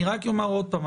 אני רק אומר עוד פעם,